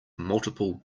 multiple